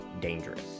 dangerous